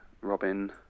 Robin